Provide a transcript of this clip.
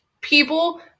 People